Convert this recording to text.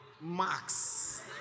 Max